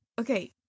okay